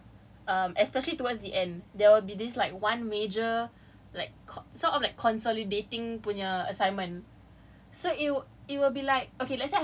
but the assignment like most of my assignments here um especially towards the end there will be this like one major like so all like consolidating nya assignment